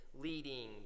leading